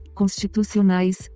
constitucionais